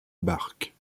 barque